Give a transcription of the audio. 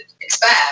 expect